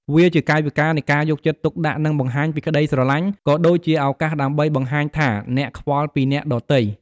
វាជាកាយវិការនៃការយកចិត្តទុកដាក់ និងបង្ហាញពីក្ដីស្រលាញ់ ក៏ដូចជាឱកាសដើម្បីបង្ហាញថាអ្នកខ្វល់ពីអ្នកដទៃ។